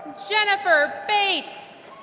jennifer bates.